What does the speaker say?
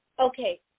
Okay